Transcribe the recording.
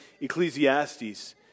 Ecclesiastes